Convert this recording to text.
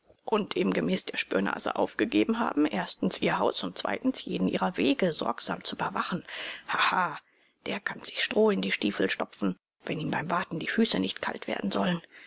und demgemäß der spürnase aufgegeben haben erstens ihr haus und zweitens jeden ihrer wege sorgsam zu überwachen haha der kann sich stroh in die stiefel stopfen wenn ihm beim warten die füße nicht kalt werden sollen